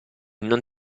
non